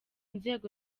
inzego